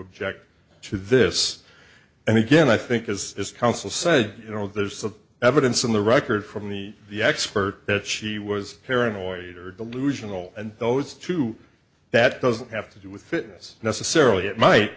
object to this and again i think as counsel said you know there's some evidence in the record from the the expert that she was paranoid or delusional and those two that doesn't have to do with fitness necessarily it might